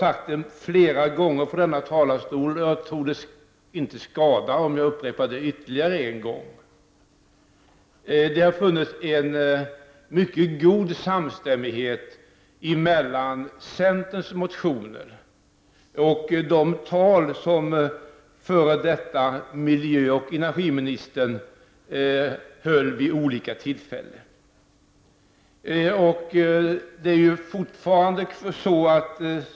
Jag har flera gånger från denna talarstol sagt, och jag tror inte att det skadar att jag upprepar det ytterligare en gång, att det har funnits en mycket god samstämmighet mellan centerns motioner och de tal som f.d. miljöoch energiministern höll vid olika tillfällen.